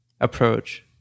approach